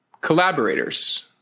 collaborators